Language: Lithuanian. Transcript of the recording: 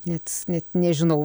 net net nežinau